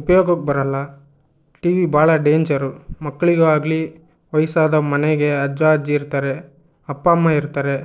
ಉಪ್ಯೋಗಕ್ಕೆ ಬರೋಲ್ಲ T V ಭಾಳ ಡೇಂಜರು ಮಕ್ಕಳಿಗು ಆಗಲಿ ವಯಸ್ಸಾದ ಮನೆಗೆ ಅಜ್ಜ ಅಜ್ಜಿ ಇರ್ತಾರೆ ಅಪ್ಪ ಅಮ್ಮ ಇರ್ತಾರೆ